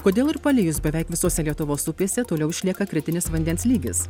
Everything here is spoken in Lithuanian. kodėl ir palijus beveik visose lietuvos upėse toliau išlieka kritinis vandens lygis